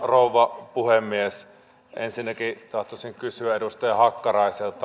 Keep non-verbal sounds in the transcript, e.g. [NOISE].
rouva puhemies ensinnäkin tahtoisin kysyä edustaja hakkaraiselta [UNINTELLIGIBLE]